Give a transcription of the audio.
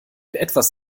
etwas